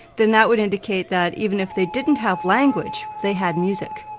then that would indicate that even if they didn't have language they had music.